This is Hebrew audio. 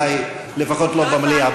לפחות לא במליאה.